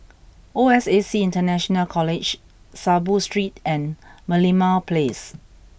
O S A C International College Saiboo Street and Merlimau Place